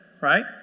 right